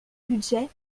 budget